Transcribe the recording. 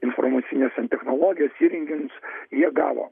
informacines ten technologijas įrenginius jie gavo